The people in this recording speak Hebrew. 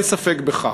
אין ספק בכך.